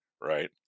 right